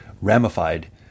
ramified